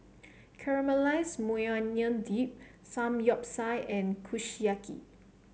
Caramelized Maui Onion Dip Samgeyopsal and Kushiyaki